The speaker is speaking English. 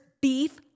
beef